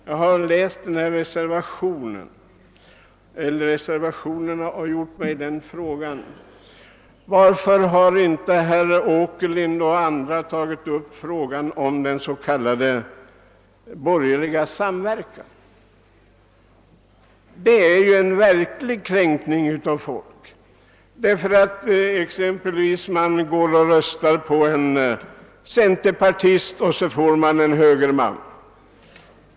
Jag har läst reservationen och ställt mig frågan: Varför har inte herr Åkerlind eller någon annan tagit upp frågan om den s.k. borgerliga samverkan? Den innebär ju en verklig kränkning av den personliga friheten. Om någon röstar på en centerpartist kanske han i själva verket lägger sin röst på en högerman.